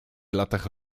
latach